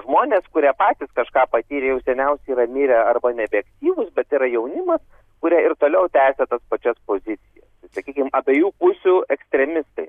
žmonės kurie patys kažką patyrė jau seniausiai yra mirę arba nebeaktyvūs bet yra jaunimas kurie ir toliau tęsia tas pačias pozicija sakykim abejų pusių ekstremistai